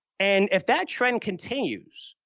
and if that trend continues,